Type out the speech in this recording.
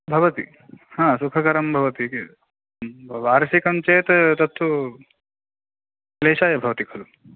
भवति हा सुखकरं भवति वर्षिकं चेत् तत्तु क्लेशाय भवति खलु